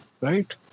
Right